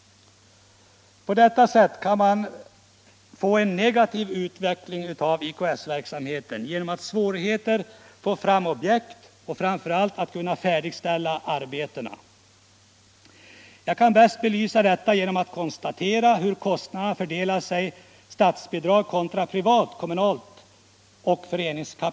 På det sättet kan man få en negativ utveckling av verksamheten, man kan få svårt att få fram objekt och det kan framför allt bli svårt att kunna färdigställa arbetena. Jag kan bäst belysa detta genom att ange hur intäkterna fördelar sig på statsbidrag kontra bidrag från kommunen, föreningar och enskilda.